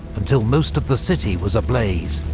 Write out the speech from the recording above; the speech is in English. until most of the city was ablaze.